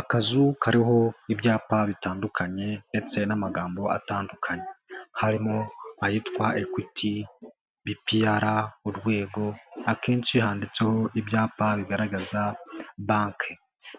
Akazu kariho ibyapa bitandukanye ndetse n'amagambo atandukanye. Harimo ayitwa ekwiti, bipiyara, urwego; akenshi handitseho ibyapa bigaragaza banki.